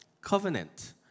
Covenant